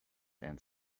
and